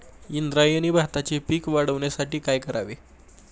इंद्रायणी भाताचे पीक वाढण्यासाठी काय करावे?